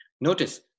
Notice